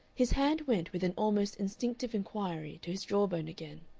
his hand went with an almost instinctive inquiry to his jawbone again.